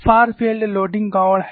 फार field भार गौण है